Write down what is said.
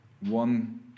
one